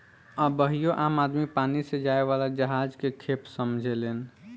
अबहियो आम आदमी पानी से जाए वाला जहाज के खेप समझेलेन